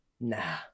Nah